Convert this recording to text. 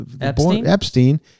Epstein